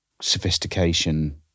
sophistication